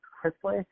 crisply